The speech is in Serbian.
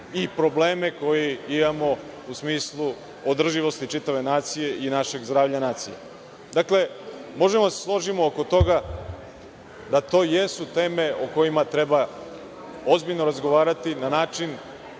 i probleme koje imamo u smislu održivosti čitave nacije i našeg zdravlja nacije. Dakle, možemo da se složimo oko toga da to jesu teme o kojima treba ozbiljno razgovarati na način